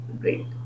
great